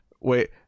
Wait